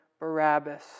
Barabbas